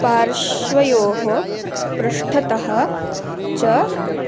पार्श्वयोः पृष्ठतः च